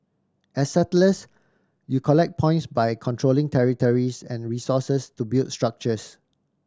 as settlers you collect points by controlling territories and resources to build structures